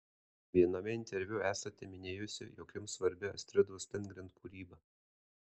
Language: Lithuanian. viename interviu esate minėjusi jog jums svarbi astridos lindgren kūryba